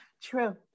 True